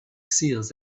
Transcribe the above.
seals